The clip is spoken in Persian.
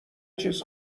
چیز